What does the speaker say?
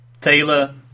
Taylor